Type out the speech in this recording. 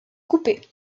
coupée